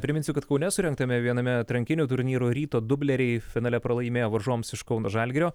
priminsiu kad kaune surengtame viename atrankinių turnyrų ryto dubleriai finale pralaimėjo varžovams iš kauno žalgirio